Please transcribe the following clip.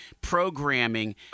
programming